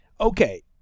okay